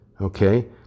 okay